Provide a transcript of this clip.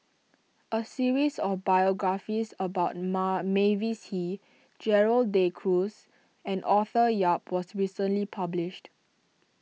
a series of biographies about Mark Mavis Hee Gerald De Cruz and Arthur Yap was recently published